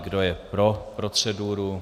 Kdo je pro proceduru?